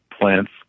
plants